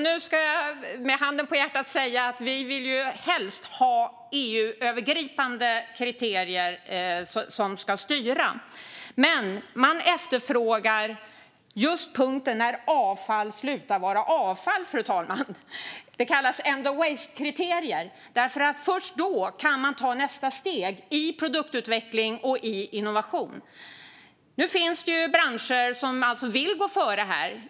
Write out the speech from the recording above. Nu ska jag med handen på hjärtat säga att vi helst vill ha EU-övergripande kriterier som ska styra. Men man efterfrågar just punkten om när avfall slutar vara avfall, fru talman. Det kallas end of waste-kriterier. Det är nämligen först då som man kan ta nästa steg i produktutveckling och i innovation. Det finns alltså branscher som vill gå före här.